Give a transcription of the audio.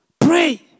Pray